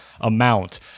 amount